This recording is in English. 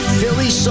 Philly